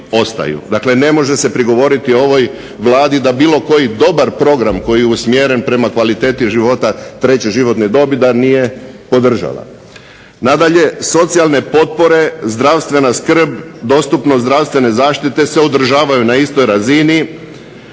Dakle, ne može se prigovoriti ovoj Vladi da bilo koji dobar program koji je usmjeren prema kvaliteti života treće životne dobi da nije podržala. Nadalje, socijalne potpore, zdravstvena skrb, dostupnost zdravstvene zaštite se održavaju na istoj razini.